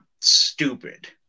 stupid